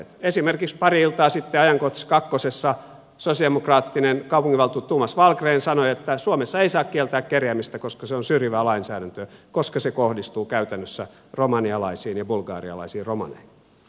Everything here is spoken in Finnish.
esimerkiksi pari iltaa sitten ajankohtaisessa kakkosessa sosialidemokraattinen kaupunginvaltuutettu thomas wallgren sanoi että suomessa ei saa kieltää kerjäämistä koska se on syrjivää lainsäädäntöä koska se kohdistuu käytännössä romanialaisiin ja bulgarialaisiin romaneihin